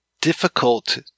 difficult